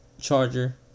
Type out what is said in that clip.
charger